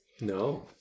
no